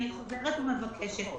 אני חוזרת ומבקשת,